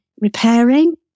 repairing